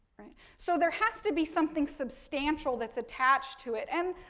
so there has to be something substantial that's attached to it. and,